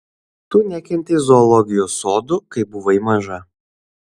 tu nekentei zoologijos sodų kai buvai maža